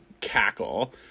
Cackle